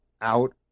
out